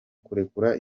kurekura